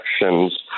elections